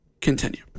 Continue